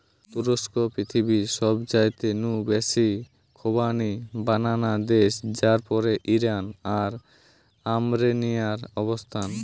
তুরস্ক পৃথিবীর সবচাইতে নু বেশি খোবানি বানানা দেশ যার পরেই ইরান আর আর্মেনিয়ার অবস্থান